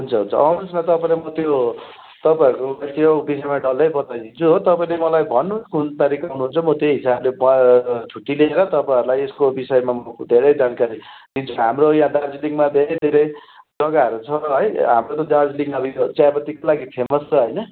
हुन्छ हुन्छ आउनुहोस् न तपाईँलाई म त्यो तपाईँहरूको त्यो विषयमा डल्लै बताइदिन्छु हो तपाईँले मलाई भन्नुहोस् कुन तारिक आउनुहुन्छ म त्यही हिसाबले ब छुट्टी लिएर तपाईँहरूलाई यसको विषयमा म धेरै जानकारी दिन्छु हाम्रो यहाँ दार्जिलिङमा धेरै धेरै जग्गाहरू छ है हाम्रो त दार्जिलिङ अब यो चियापत्तीकै लागि फेमस छ होइन